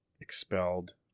expelled